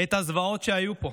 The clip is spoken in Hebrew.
את הזוועות שהיו פה,